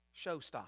showstopper